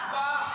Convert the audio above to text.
הצבעה.